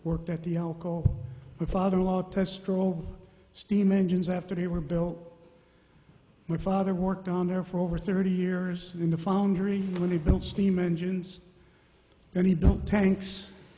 worked at the alcohol father in law test for old steam engines after they were built my father worked on there for over thirty years in the foundry when he built steam engines and he built tanks